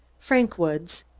frank woods.